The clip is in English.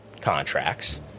contracts